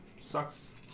sucks